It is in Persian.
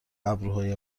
ابروهای